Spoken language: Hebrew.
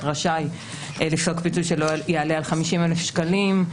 רשאי לפסוק פיצוי שלא יעלה על 50,000 שקלים.